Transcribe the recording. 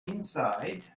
inside